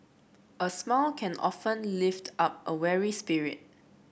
a smile can often lift up a weary spirit